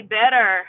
better